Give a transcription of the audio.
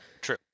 True